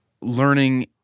learning